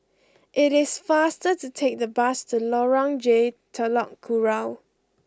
it is faster to take the bus to Lorong J Telok Kurau